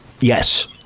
Yes